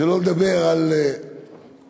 שלא לדבר על ציבורים